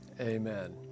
Amen